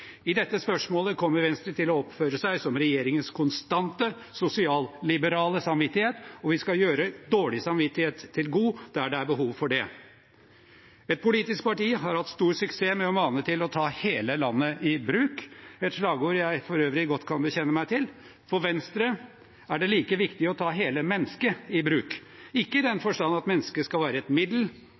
I dette spørsmålet kommer Venstre til å oppføre seg som regjeringens konstante sosialliberale samvittighet. Og vi skal gjøre dårlig samvittighet til god der det er behov for det. Et politisk parti har hatt stor suksess med å mane til å ta hele landet i bruk – et slagord jeg for øvrig godt kan bekjenne meg til. For Venstre er det like viktig å ta hele mennesket i bruk – ikke i den forstand at mennesket skal være et middel,